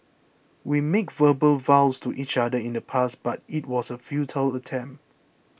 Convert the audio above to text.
we made verbal vows to each other in the past but it was a futile attempt